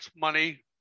money